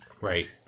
Right